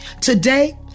Today